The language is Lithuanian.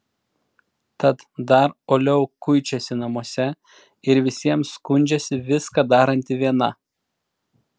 tad dar uoliau kuičiasi namuose ir visiems skundžiasi viską daranti viena